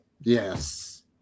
Yes